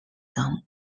them